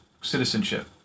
citizenship